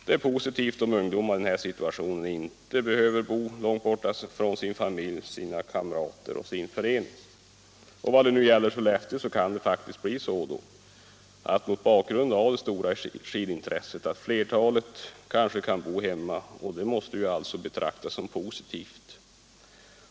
Det är positivt om ungdomar i den här situationen inte behöver bo långt borta från sin familj, sina kamrater och sin förening. Och vad gäller Sollefteå kan det faktiskt bli så, mot bakgrund av det stora skidintresset, att flertalet kanske kan bo hemma. Det måste alltså betraktas som positivt.